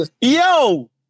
Yo